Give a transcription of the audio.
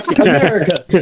america